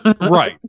Right